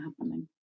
happening